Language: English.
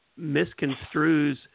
misconstrues